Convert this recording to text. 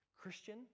Christian